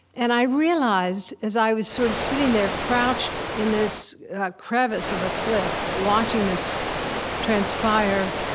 and i realized, as i was sort of sitting there crouched in this crevice of a cliff, watching this transpire